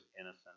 innocent